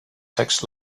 text